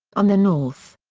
on the north.